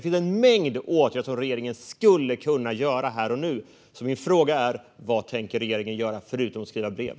Det finns en mängd åtgärder som regeringen skulle kunna vidta här och nu. Min fråga är därför: Vad tänker regeringen göra, förutom att skriva brev?